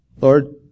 Lord